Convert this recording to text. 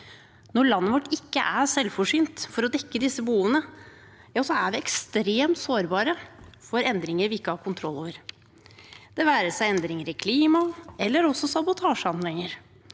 Når landet vårt ikke er selvforsynt for å dekke disse behovene, er vi ekstremt sårbare for endringer vi ikke har kontroll over, det være seg endringer i klima eller sabotasjehandlinger.